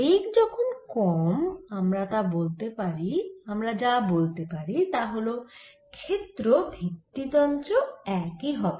বেগ যখন কম আমরা যা বলতে পারি তা হল ক্ষেত্র ভিত্তি তন্ত্রেও একই হবে